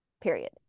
period